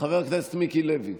חבר הכנסת מיקי לוי,